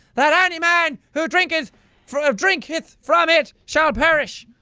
that any man who drinketh from ah drinketh from it shall perish!